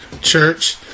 church